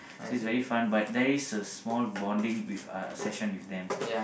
so it's very fun but there is a small bonding with uh session with them